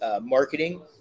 marketing